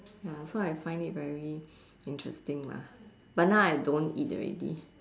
ya so I find it very interesting lah but now I don't eat already